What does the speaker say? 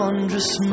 Wondrous